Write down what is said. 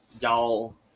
Y'all